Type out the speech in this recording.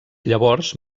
llavors